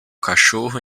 cachorro